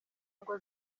ngo